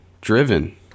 Driven